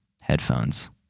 headphones